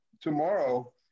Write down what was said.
tomorrow